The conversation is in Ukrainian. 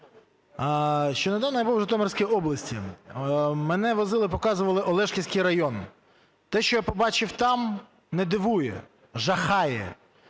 Ще недавно я був в Житомирській області, мене возили і показували Олешківський район. Те, що я побачив там, не дивує - жахає.